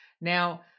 Now